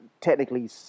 technically